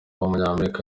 w’umunyamerika